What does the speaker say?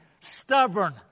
stubborn